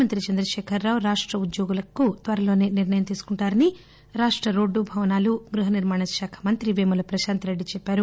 మంత్రి చంద్రశేఖరరావు రాష్ట ఉద్యోగులకు త్వరలోనే నిర్ణయం తీసుకుంటారని రాష్ట రోడ్లుభవనాలుగృహ నిర్మాణ శాఖ మంత్రి పేముల ప్రశాంత్ రెడ్డి తెలిపారు